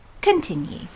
continue